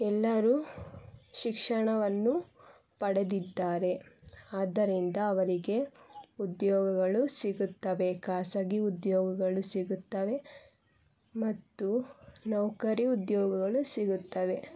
ಎಲ್ಲರೂ ಶಿಕ್ಷಣವನ್ನು ಪಡೆದಿದ್ದಾರೆ ಆದ್ದರಿಂದ ಅವರಿಗೆ ಉದ್ಯೋಗಗಳು ಸಿಗುತ್ತವೆ ಖಾಸಗಿ ಉದ್ಯೋಗಗಳು ಸಿಗುತ್ತವೆ ಮತ್ತು ನೌಕರಿ ಉದ್ಯೋಗಗಳು ಸಿಗುತ್ತವೆ